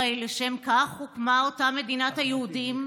הרי לשם כך הוקמה אותה מדינת היהודים.